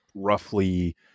roughly